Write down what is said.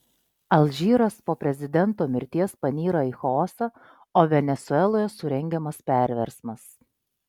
alžyras po prezidento mirties panyra į chaosą o venesueloje surengiamas perversmas